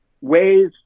ways